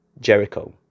Jericho